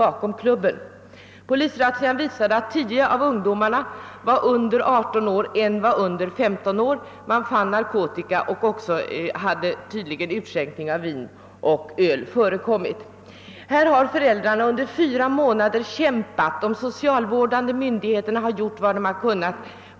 Vid polisrazzian var tio av ungdomarna under 18 år och en under 15. Man fann narkotika, och tydligen hade utskänkning av vin och öl förekommit. Här hade föräldrarna kämpat under fyra månader, och de socialvårdande myndigheterna gjort vad de kunde.